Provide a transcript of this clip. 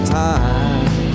time